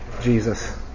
Jesus